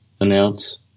announce